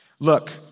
Look